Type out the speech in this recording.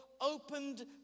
Opened